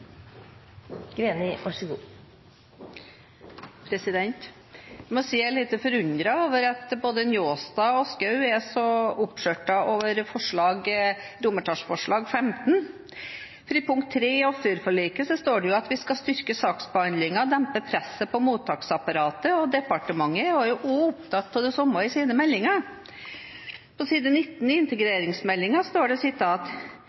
litt forundret over at både Njåstad og Schou er så oppskjørtet over forslaget til vedtak XV, for i punkt 3 i asylforliket står det at vi skal styrke saksbehandlingen og dempe presset på mottaksapparatet, og departementet er også opptatt av det samme i sine meldinger. På side 19 i integreringsmeldingen står det: